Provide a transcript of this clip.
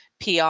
PR